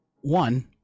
one